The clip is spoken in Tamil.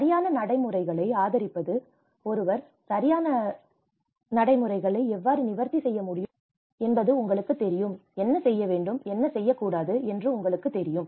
சரியான நடைமுறைகளை ஆதரிப்பது ஒருவர் சரியான நடைமுறைகளை எவ்வாறு நிவர்த்தி செய்ய முடியும் என்பது உங்களுக்குத் தெரியும் என்ன செய்ய வேண்டும் என்ன செய்யக்கூடாது என்று உங்களுக்குத் தெரியும்